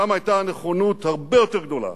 שם היתה נכונות הרבה יותר גדולה